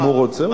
אם הוא רוצה.